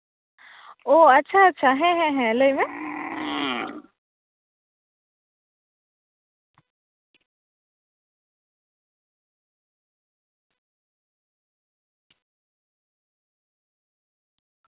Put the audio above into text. ᱳ ᱟᱪᱪᱷᱟ ᱟᱪᱪᱷᱟ ᱦᱮᱸ ᱦᱮᱸ ᱞᱟᱹᱭᱢᱮ